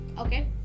Okay